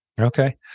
Okay